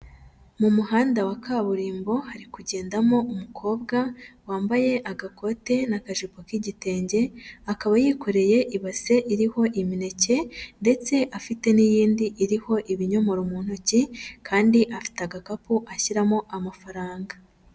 Mu muhanda wa kaburimbo hari kugendamo umukobwa wambaye agakote n'akajipo k'igitenge, akaba yikoreye ibase iriho imineke ndetse afite n'iyindi iriho ibinyomoro mu ntoki kandi afite agakapu ashyiramo amafaranga.